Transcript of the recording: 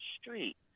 street